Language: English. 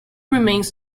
remains